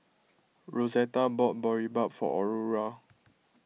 Rosetta bought Boribap for Aurore